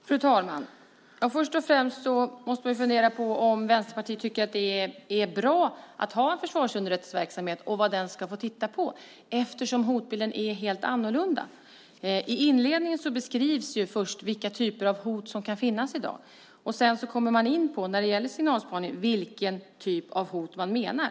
Fru talman! Först och främst måste man fundera på om Vänsterpartiet tycker att det är bra att ha en försvarsunderrättelseverksamhet och vad den ska få titta på eftersom hotbilden är helt annorlunda. I inledningen beskrivs vilka typer av hot som kan finnas i dag. När det sedan gäller signalspaning kommer man in på vilken typ av hot man menar.